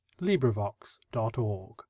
LibriVox.org